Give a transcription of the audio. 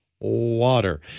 water